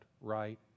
right